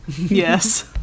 Yes